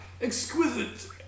exquisite